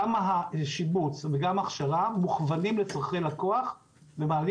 גם השיבוץ וגם ההכשרה מוכוונים לצרכי לקוח ומעלים